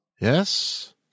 yes